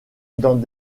dans